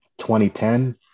2010